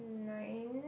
nine